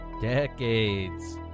Decades